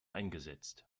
eingesetzt